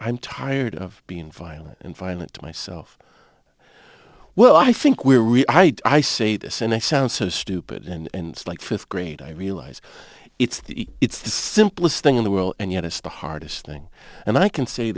i'm tired of being violent and violent to myself well i think we're really i i say this and i sound so stupid and like fifth grade i realize it's the it's the simplest thing in the world and yet it's the hardest thing and i can say